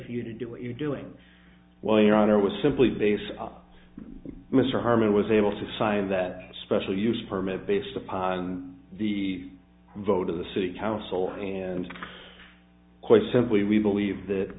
for you to do what you're doing well your honor was simply based up mr herman was able to sign that special use permit based upon the vote of the city council and quite simply we believe that